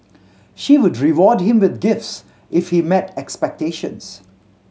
she would reward him with gifts if he met expectations